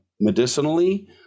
medicinally